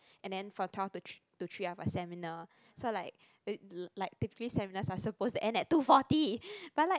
and then for twelve to thr~ to three I have a seminar so like like typically seminars are supposed to end at two forty but like